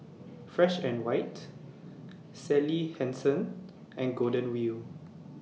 Fresh and White Sally Hansen and Golden Wheel